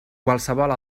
qualsevol